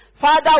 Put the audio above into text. Father